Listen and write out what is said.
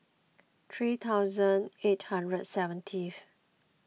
three thousand eight hundred seventeenth